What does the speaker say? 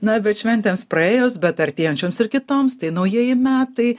na bet šventėms praėjus bet artėjančioms ir kitoms tai naujieji metai